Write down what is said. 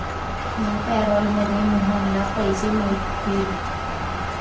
या पॅरोलमध्ये मोहनला पैसे मिळतील